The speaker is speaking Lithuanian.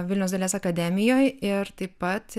vilniaus dailės akademijoj ir taip pat